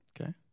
Okay